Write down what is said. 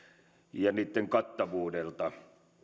ja niitten kattavuudelta toivottaisiin ja